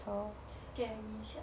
so scared